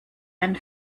einen